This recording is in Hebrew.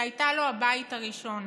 שהייתה לו הבית הראשון.